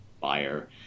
buyer